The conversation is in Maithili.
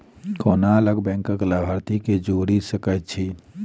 कोना अलग बैंकक लाभार्थी केँ जोड़ी सकैत छी?